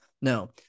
No